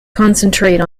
concentrate